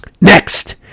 Next